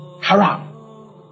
Haram